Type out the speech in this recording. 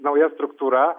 nauja struktūra